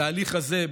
התהליך הזה,